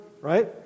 right